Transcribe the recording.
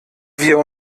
wir